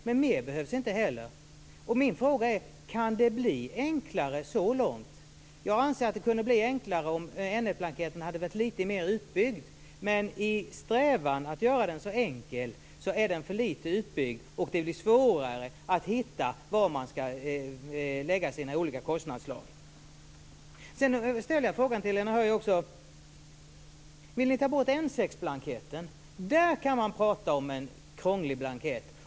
Men mer behövs inte. Min fråga är: Kan det bli enklare så långt? Jag anser att det skulle bli enklare om N1-hade varit lite mer utbyggd. I strävan att göra den så enkel som möjligt har den blivit för lite utbyggd och det blir svårare att hitta var man skall lägga sina olika kostnadsslag. Höij också. Vill ni ta bort N6-blanketten? Där kan man prata om en krånglig blankett.